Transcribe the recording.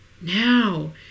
now